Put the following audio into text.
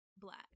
black